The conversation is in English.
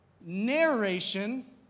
narration